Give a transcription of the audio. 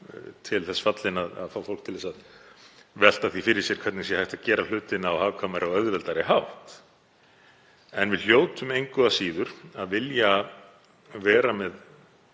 til þess fallin að fá fólk til að velta því fyrir sér hvernig hægt sé að gera hlutina á hagkvæmari og auðveldari hátt. En við hljótum engu að síður að vilja vera hér